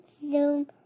zoom